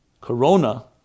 corona